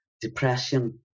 depression